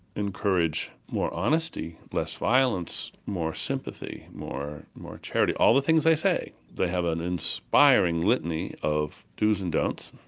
encourage more honesty, less violence, more sympathy, more more charity? all the things they say. they have an inspiring litany of dos and don'ts,